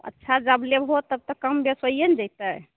अच्छा जब लेबहो तब तऽ कम बेस होइए ने जैतै